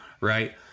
right